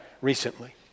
recently